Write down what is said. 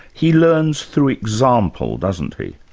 he learns through example, doesn't he?